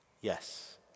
yes